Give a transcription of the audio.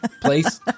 place